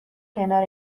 کنار